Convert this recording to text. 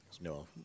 No